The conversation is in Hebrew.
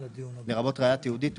לרבות ראיה תיעודית,